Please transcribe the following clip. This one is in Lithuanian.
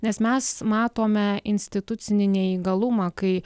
nes mes matome institucinį neįgalumą kai